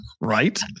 Right